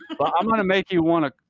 but i'm going to make you want to,